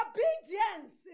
Obedience